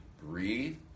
breathe